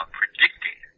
predicting